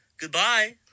Goodbye